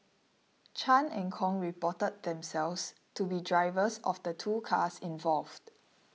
Chan and Kong reported themselves to be drivers of the two cars involved